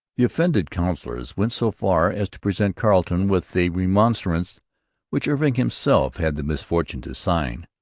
the offended councillors went so far as to present carleton with a remonstrance which irving himself had the misfortune to sign.